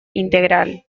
integral